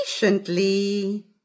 patiently